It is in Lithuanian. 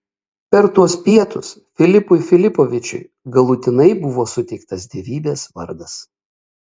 per tuos pietus filipui filipovičiui galutinai buvo suteiktas dievybės vardas